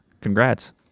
congrats